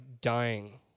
dying